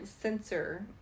sensor